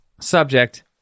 Subject